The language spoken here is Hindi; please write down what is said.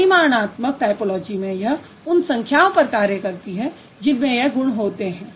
परिमाणात्मक टायपोलॉजी में यह उन संख्याओं पर कार्य करती है जिनमें यह गुण होते हैं